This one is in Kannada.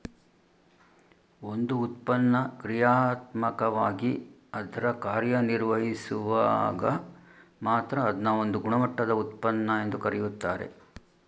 ಒಂದು ಉತ್ಪನ್ನ ಕ್ರಿಯಾತ್ಮಕವಾಗಿ ಅದ್ರ ಕಾರ್ಯನಿರ್ವಹಿಸುವಾಗ ಮಾತ್ರ ಅದ್ನ ಒಂದು ಗುಣಮಟ್ಟದ ಉತ್ಪನ್ನ ಎಂದು ಕರೆಯುತ್ತಾರೆ